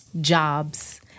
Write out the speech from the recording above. jobs